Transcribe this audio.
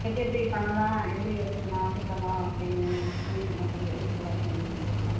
எப்படி எப்படி பண்ணலாம் எப்படி வச்சிக்கலாம் சுத்தமாக அப்படின்னு சொன்னீங்கன்னா கொஞ்சம் யூஸ்ஃபுல்லாக இருக்கும் மேம் எங்களுக்கெலாம்